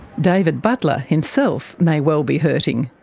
david butler himself may well be hurting.